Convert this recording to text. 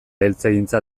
eltzegintza